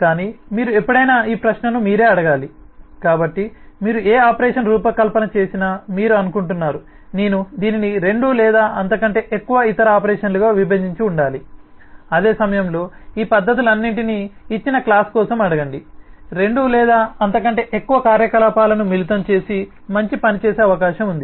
కానీ మీరు ఎప్పుడైనా ఈ ప్రశ్నను మీరే అడగాలి కాబట్టి మీరు ఏ ఆపరేషన్ రూపకల్పన చేసినా మీరు అనుకుంటున్నారు నేను దీనిని రెండు లేదా అంతకంటే ఎక్కువ ఇతర ఆపరేషన్లుగా విభజించి ఉండాలి అదే సమయంలో ఈ పద్ధతులన్నింటినీ ఇచ్చిన క్లాస్ కోసం అడగండి రెండు లేదా అంతకంటే ఎక్కువ కార్యకలాపాలను మిళితం చేసి మంచి పని చేసే అవకాశం ఉంది